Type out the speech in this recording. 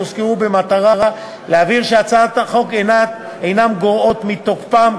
שהוזכרו במטרה להבהיר שהצעת החוק אינה גורעת מתוקפם,